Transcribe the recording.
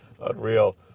Unreal